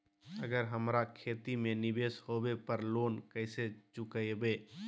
अगर हमरा खेती में निवेस होवे पर लोन कैसे चुकाइबे?